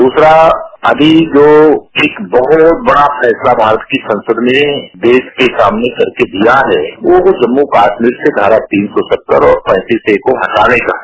दसरा अभी जो एक बहत बड़ा फैसला भारत की संसद ने देश के सामने कर के दिया है वह जम्मू कश्मीर के धारा तीन सौ सत्तर और पैंतीस ए को हटाने का है